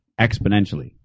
exponentially